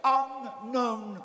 unknown